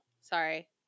sorry